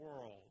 world